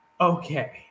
okay